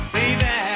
Baby